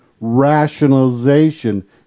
rationalization